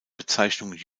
bezeichnung